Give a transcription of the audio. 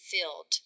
filled